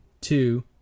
two